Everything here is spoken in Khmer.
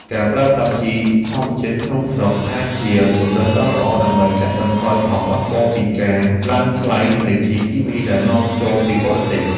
ការប្រើប្រាស់ជីធម្មជាតិក្នុងស្រុកអាចជាជម្រើសដ៏ល្អដើម្បីកាត់បន្ថយផលប៉ះពាល់ពីការឡើងថ្លៃនៃជីគីមីដែលនាំចូលពីបរទេស។